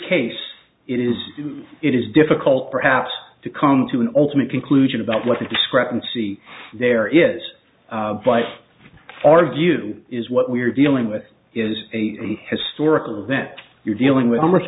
case it is it is difficult perhaps to come to an ultimate conclusion about what the discrepancy there is but our view is what we're dealing with is a historical event you're dealing with al